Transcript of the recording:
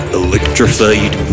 electrified